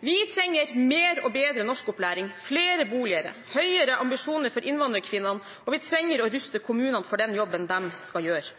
Vi trenger mer og bedre norskopplæring, flere boliger og høyere ambisjoner for innvandrerkvinnene, og vi trenger å ruste kommunene for den jobben de skal gjøre.